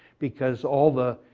because all the,